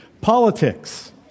Politics